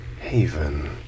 haven